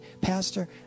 Pastor